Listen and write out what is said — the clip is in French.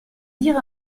dire